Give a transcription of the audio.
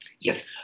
Yes